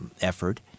effort